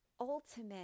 ultimate